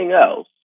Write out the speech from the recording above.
else